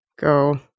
go